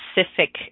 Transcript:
specific